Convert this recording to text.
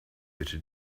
bitte